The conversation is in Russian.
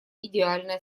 идеальное